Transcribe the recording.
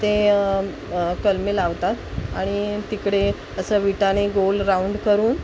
ते कलमे लावतात आणि तिकडे असं विटाने गोल राऊंड करून